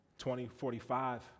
2045